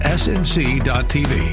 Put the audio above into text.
snc.tv